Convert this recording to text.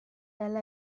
elle